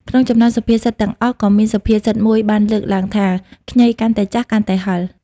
ក្នុងចំណោមសុភាសិតទាំងអស់ក៏មានសុភាសិតមួយបានលើកឡើងថា ខ្ញីកាន់តែចាស់ កាន់តែហឹរ។